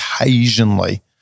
occasionally